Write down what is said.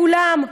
פניתי לכולם.